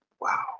Wow